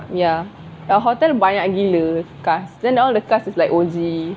ya like hotel banyak gila cast then like all the cast is like O_G